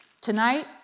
Tonight